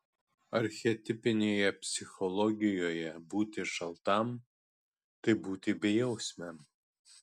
archetipinėje psichologijoje būti šaltam tai būti bejausmiam